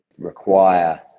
require